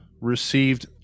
received